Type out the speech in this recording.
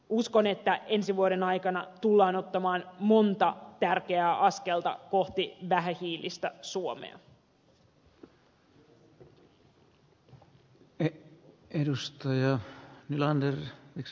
uskon että ensi vuoden aikana tullaan ottamaan monta tärkeää askelta kohti vähähiilistä suomea